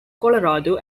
colorado